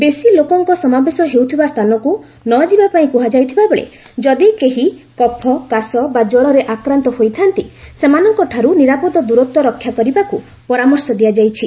ବେଶି ଲୋକଙ୍କ ସମାବେଶ ହେଉଥିବା ସ୍ଥାନକୁ ନ ଯିବାପାଇଁ କୁହାଯାଇଥିବାବେଳେ ଯଦି କେହି କଫ କାଶ ବା ଜ୍ୱରରେ ଆକ୍ରାନ୍ତ ହୋଇଥା'ନ୍ତି ସେମାନଙ୍କଠାରୁ ନିରାପଦ ଦୂରତ୍ୱ ରକ୍ଷା କରିବାକୁ ପରାମର୍ଶ ଦିଆଯାଇଛି